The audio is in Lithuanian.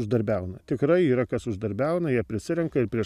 uždarbiauna tikrai yra kas uždarbiauna jie prisirenka ir prieš